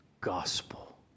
gospel